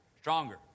stronger